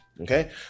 Okay